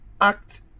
act